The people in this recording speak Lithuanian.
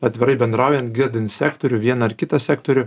atvirai bendraujant girdint sektorių vieną ar kitą sektorių